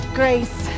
grace